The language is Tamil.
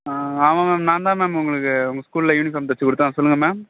ஆ ஆமா மேம் நான் தான் மேம் உங்களுக்கு உங்கள் ஸ்கூலில் யூனிஃபார்ம் தைச்சு கொடுத்தேன் சொல்லுங்க மேம்